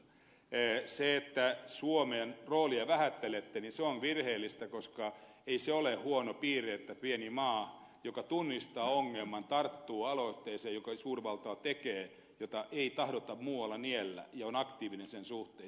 se että suomen roolia vähättelette on virheellistä koska ei se ole huono piirre että pieni maa joka tunnistaa ongelman tarttuu aloitteeseen jonka suurvalta tekee ja jota ei tahdota muualla niellä ja on aktiivinen sen suhteen